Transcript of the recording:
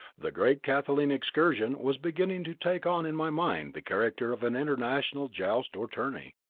the great kathleen excursion was beginning to take on in my mind the character of an international joust or tourney.